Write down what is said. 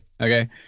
okay